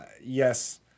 Yes